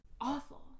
Awful